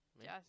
Yes